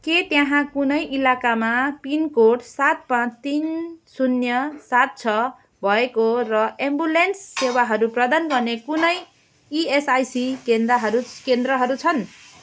के त्यहाँ कुनै इलाकामा पिनकोड सात पाँच तिन शून्य सात छ भएको र एम्बुलेन्स सेवाहरू प्रदान गर्ने कुनै इएसआइसी केन्द्रहरू केन्द्रहरू छन्